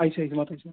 আহিছে এইখনত আহিছে